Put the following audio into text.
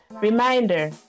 Reminder